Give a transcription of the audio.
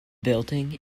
building